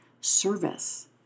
service